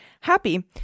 happy